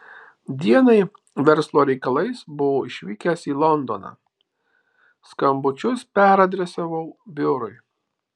dienai verslo reikalais buvau išvykęs į londoną skambučius peradresavau biurui